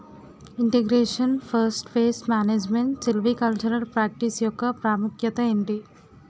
integration forest pest management silvicultural practice యెక్క ప్రాముఖ్యత ఏంటి